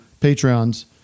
Patreons